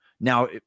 now